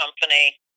company